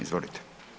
Izvolite.